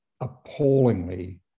appallingly